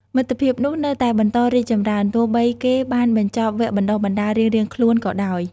មិត្តភាពនោះនៅតែបន្តរីកចម្រើន ទោះបីគេបានបញ្ចប់វគ្គបណ្តុះបណ្ដាលរៀងៗខ្លួនក៏ដោយ។។